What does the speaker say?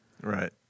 Right